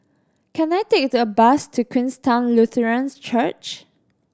can I take the bus to Queenstown Lutheran Church